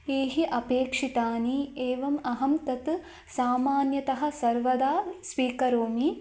E अपेक्षितानि एवम् अहं तत् सामान्यतः सर्वदा स्वीकरोमि